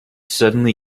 suddenly